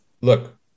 look